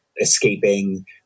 escaping